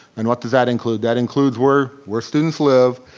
and what does that include? that includes where where students live,